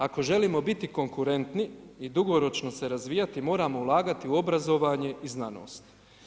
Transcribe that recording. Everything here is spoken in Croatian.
Ako želimo biti konkurentni i dugoročno se razvijati moramo ulagati u obrazovanje i znanost.